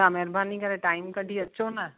तव्हां महिरबानी करे टाइम कढी अचो न